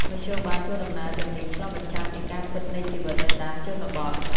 មធ្យោបាយធ្វើដំណើរទាំងនេះឆ្លុះបញ្ចាំងពីការពិតនៃជីវិតនៅតាមជនបទ។